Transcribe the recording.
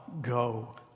go